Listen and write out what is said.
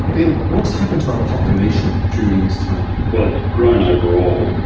david, what has happened to our population during this time? well, it's grown overall,